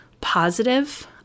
positive